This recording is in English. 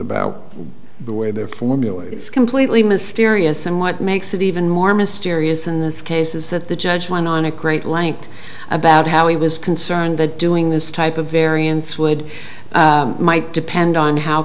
about the way their formula is completely mysterious and what makes it even more mysterious in this case is that the judge went on a great length about how he was concerned the doing this type of variance would might depend on how